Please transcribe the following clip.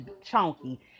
chunky